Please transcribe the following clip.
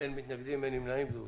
אין מתנגדים ואנין נמנעים, אושר.